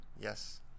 Yes